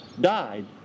died